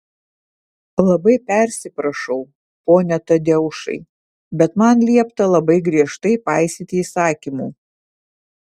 labai persiprašau pone tadeušai bet man liepta labai griežtai paisyti įsakymų